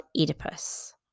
Oedipus